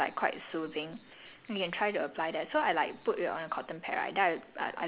and then there's like the good minerals inside and stuff and then it's like quite soothing